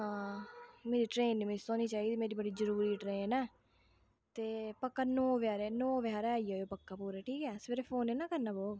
आं मेरी ट्रेन नी मिस होनी चाहिदी मेरी बड़ी ज़रूरी ट्रेन ऐ ते पक्का नौ बजे हारे नौ बजे हारे पक्का आई जाओ पक्का पूरे ठीक ऐ सवेरे फ़ोन नी ना करना पौग